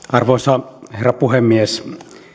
arvoisa herra puhemies